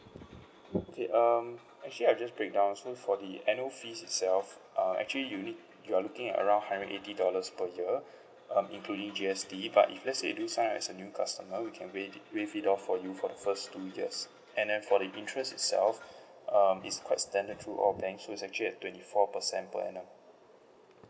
okay um actually I just break down so for the annual fees itself uh actually you need you're looking at around hundred eighty dollars per year um including G_S_T but if let's say you do sign up as a new customer we can waive waive it off for you for the first two years and then for the interest itself um it's quite standard through all bank so is actually a twenty four percent per annum